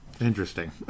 Interesting